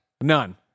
None